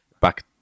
back